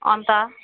अन्त